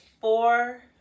four